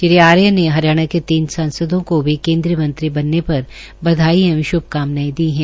श्री आर्य ने हरियाणा के तीन सांसदों को भी केन्द्रीय मंत्री बनने पर बधाई एवं श्भकामनाएं दी है